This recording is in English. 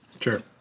Sure